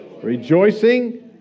Rejoicing